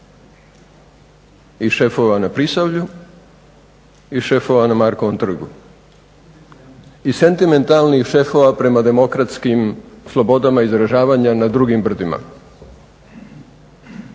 i šefova na Prisavlju i šefova na Markovom trgu i sentimentalnih šefova prema demokratskim slobodama izražavanja na drugim brdima.